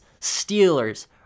Steelers